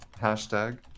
Hashtag